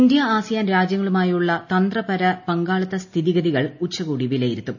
India ASEAN രാജ്യങ്ങളുമായുള്ള തന്ത്രപര പങ്കാളിത്തു സ്ഥിതിഗതികൾ ഉച്ചകോടി വിലയിരുത്തും